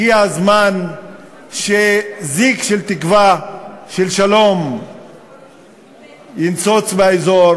הגיע הזמן שזיק של תקווה של שלום ינצוץ באזור